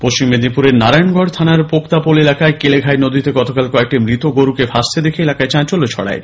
পশ্চিম মেদিনীপুরের নারায়নগড় থানার পোক্তাপোল এলাকায় কেলেঘাই নদীতে গতকাল কয়েকটি মৃত গরুকে ভাসতে দেখে এলাকায় চাঞ্চল্য ছড়ায়